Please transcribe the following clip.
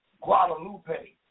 Guadalupe